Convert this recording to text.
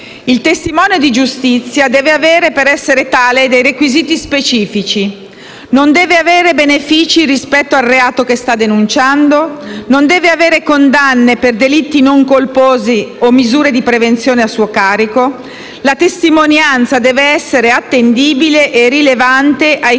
Il testimone di giustizia deve avere, per essere tale, dei requisiti specifici: non deve avere benefici rispetto al reato che sta denunciando; non deve avere condanne per delitti non colposi o misure di prevenzione a suo carico; la testimonianza deve essere attendibile e rilevante ai